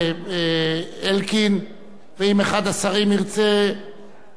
אם אחד השרים ירצה להוסיף דבר, יקבל את הזמן.